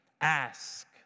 ask